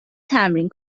تمرین